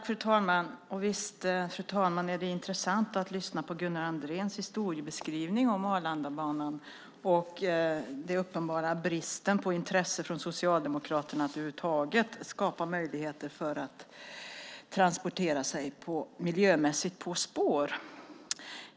Fru talman! Det är intressant att höra Gunnar Andréns historieskrivning när det gäller Arlandabanan och den uppenbara bristen på intresse från Socialdemokraterna att över huvud taget skapa möjligheter att transportera sig på ett miljömässigt bra sätt på spår.